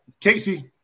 Casey